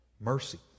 mercy